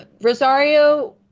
Rosario